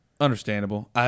understandable